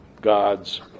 God's